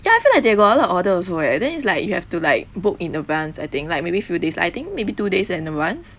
ya I feel like they have got a lot order also eh then is like you have to like book in advance I think like maybe few days I think maybe two days in advance